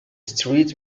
street